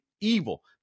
evil